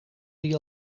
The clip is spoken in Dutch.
die